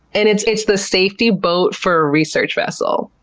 and it's it's the safety boat for a research vessel,